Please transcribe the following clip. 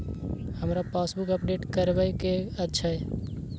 हमरा passbook update करैबे के अएछ?